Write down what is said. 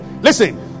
Listen